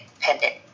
pendant